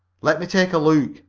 let me take a look,